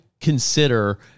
consider